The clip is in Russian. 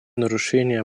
нарушения